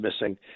missing